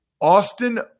Austin